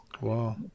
Wow